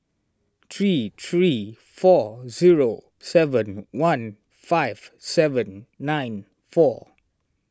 three three four zero seven one five seven nine four